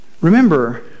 Remember